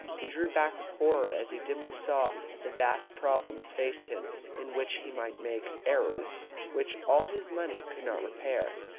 he drew back with horror as he dimly saw that vast problems faced him in which he might make errors which all his money could not repair.